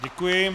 Děkuji.